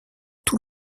tout